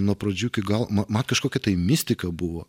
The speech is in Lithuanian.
nuo pradžių iki galo ma man kažkokia mistika buvo